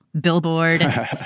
billboard